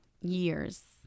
years